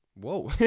whoa